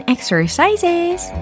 Exercises